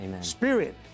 Spirit